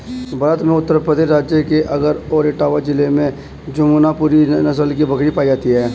भारत में उत्तर प्रदेश राज्य के आगरा और इटावा जिले में जमुनापुरी नस्ल की बकरी पाई जाती है